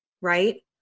right